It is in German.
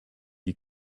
die